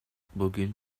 bugün